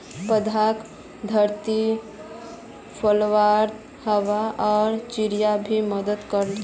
पौधाक धरतीत फैलवात हवा आर चिड़िया भी मदद कर छे